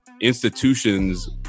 institutions